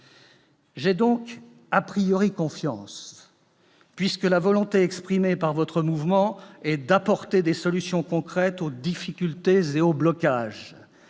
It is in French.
J'ai donc confiance, puisque la volonté exprimée par votre mouvement est d'apporter des solutions concrètes aux difficultés et aux blocages,